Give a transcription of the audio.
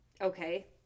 Okay